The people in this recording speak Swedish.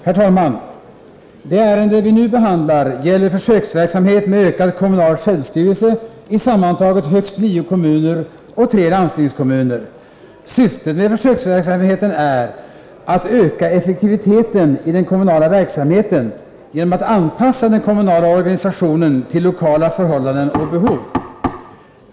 Herr talman! Det ärende som vi nu behandlar gäller försöksverksamhet med ökad kommunal självstyrelse i sammantaget högst nio kommuner och tre landstingskommuner. Syftet med försöksverksamheten är att öka effektiviteten i den kommunala verksamheten genom att anpassa den kommunala organisationen till lokala förhållanden och behov.